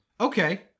okay